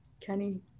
Kenny